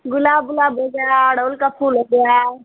गुलाब उलाब हो गया अड़हुल का फूल हो गया